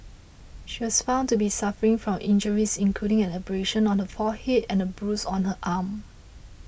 she was found to be suffering from injuries including an abrasion on her forehead and a bruise on her arm